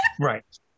Right